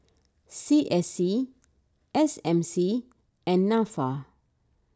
C S C S M C and Nafa